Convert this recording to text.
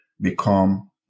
become